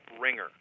ringer